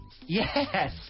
Yes